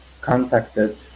contacted